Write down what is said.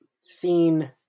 scene